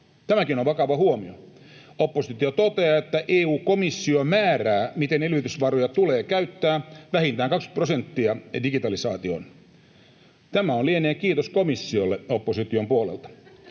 Tämäkin on vakava huomio. Oppositio toteaa, että EU-komissio määrää, miten elvytysvaroja tulee käyttää: vähintään 20 prosenttia digitalisaatioon. Tämä lienee kiitos komissiolle opposition puolelta.